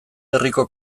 herriko